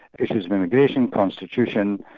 issues of immigration, constitution,